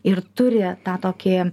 ir turi tą tokį